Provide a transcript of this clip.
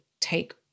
take